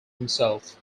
himself